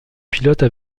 pilotes